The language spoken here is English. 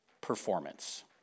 performance